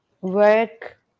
work